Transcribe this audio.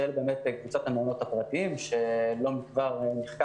כשהילד שוהה בקבוצת המעונות הפרטיים שלא מכבר נחקק